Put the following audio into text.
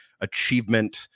achievement